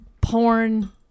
Porn